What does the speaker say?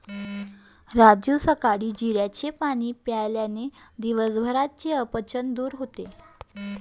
राजू सकाळी जिऱ्याचे पाणी प्यायल्याने दिवसभराचे अपचन दूर होते